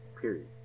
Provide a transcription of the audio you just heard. Period